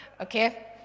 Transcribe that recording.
Okay